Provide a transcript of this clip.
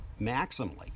maximally